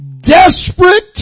desperate